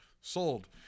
sold